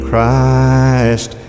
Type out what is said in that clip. Christ